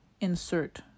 insert